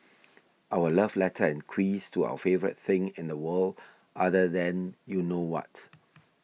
our love letter and quiz to our favourite thing in the world other than you know what